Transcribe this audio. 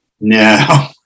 No